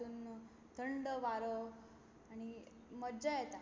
थंड वारो आनी मजा येता